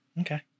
Okay